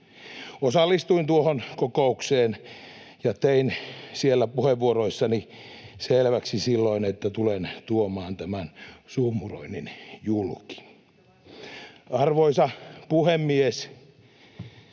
Osallistuin tuohon kokoukseen ja tein siellä puheenvuoroissani selväksi silloin, että tulen tuomaan tämän suhmuroinnin julki. [Mari Rantasen